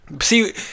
See